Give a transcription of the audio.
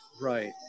Right